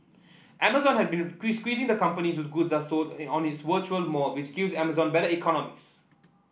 amazon has been squeeze squeezing the company whose goods are sold on its virtual mall which gives Amazon better economics